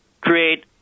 create